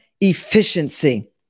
efficiency